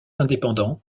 indépendant